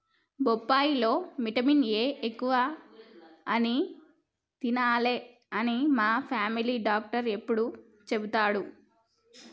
బొప్పాయి లో vitamin A ఎక్కువ అని తినాలే అని మా ఫామిలీ డాక్టర్ ఎప్పుడు చెపుతాడు